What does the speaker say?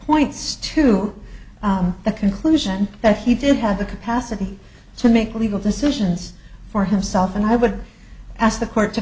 points to the conclusion that he did have the capacity to make legal decisions for himself and i would ask the court to